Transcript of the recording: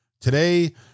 today